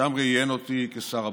שם ראיין אותי כשר הביטחון.